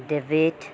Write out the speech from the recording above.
David